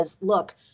Look